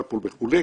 carpool וכו',